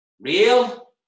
real